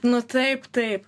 nu taip taip